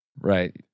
right